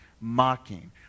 mocking